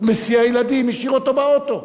מסיע הילדים, השאיר אותו באוטו.